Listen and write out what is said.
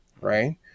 right